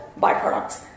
byproducts